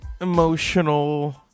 emotional